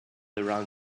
around